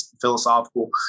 philosophical